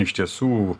iš tiesų